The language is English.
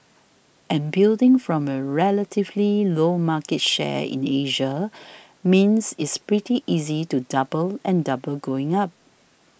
and building from a relatively low market share in Asia means it's pretty easy to double and double going up